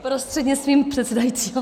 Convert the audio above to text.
Prostřednictvím předsedajícího.